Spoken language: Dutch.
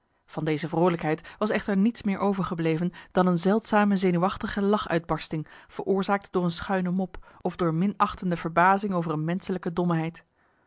van deze vroolijkheid was echter niets meer overgebleven dan een zeldzame zenuwachtige lach uitbarsting veroorzaakt door een schuine mop of door minachtende verbazing over een